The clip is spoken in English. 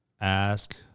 ask-